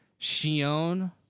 Shion